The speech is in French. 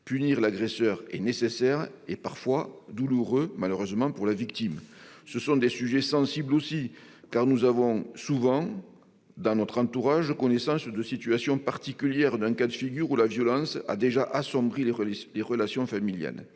Punir l'agresseur est nécessaire, mais parfois douloureux, malheureusement, pour la victime. Ces sujets sont également sensibles, car nous avons souvent, dans notre entourage, connaissance d'une situation particulière, d'un cas de figure où la violence a déjà assombri les relations familiales.